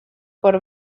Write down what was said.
por